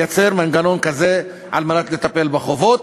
לייצר מנגנון כזה על מנת לטפל בחובות,